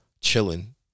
chilling